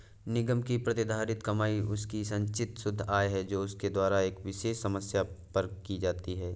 निगम की प्रतिधारित कमाई उसकी संचित शुद्ध आय है जो उसके द्वारा एक विशेष समय पर की जाती है